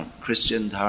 Christian